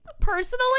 Personally